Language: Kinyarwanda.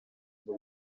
ngo